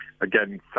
again